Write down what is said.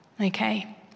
Okay